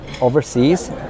overseas